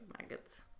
maggots